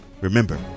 Remember